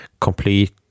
complete